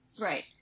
right